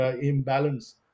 imbalance